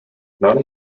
none